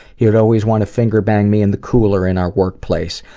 he would always want to finger-bang me in the cooler in our workplace.